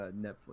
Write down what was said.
Netflix